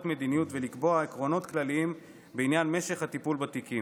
מדיניות ולקבוע עקרונות כלליים בעניין משך הטיפול בתיקים.